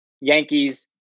Yankees